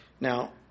Now